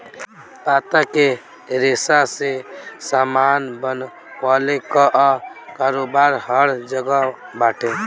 पत्ता के रेशा से सामान बनवले कअ कारोबार हर जगह बाटे